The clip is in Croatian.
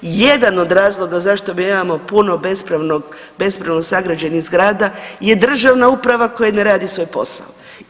Jedan od razloga zašto mi imamo puno bespravno sagrađenih zgrada je državna uprava koja ne radi svoj posao.